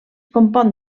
compon